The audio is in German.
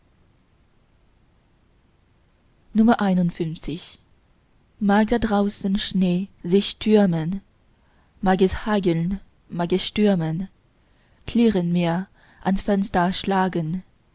mag da draußen schnee sich türmen mag es hageln mag es stürmen klirrend mir ans fenster schlagen